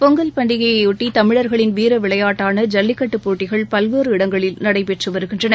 பொங்கல் பண்டிகையையொட்டிதமிழர்களின் வீரவிளையாட்டான ஜல்லிக்கட்டுபோட்டிகள் பல்வேறு இடங்களில் நடைபெற்றவருகின்றன